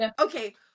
Okay